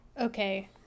Okay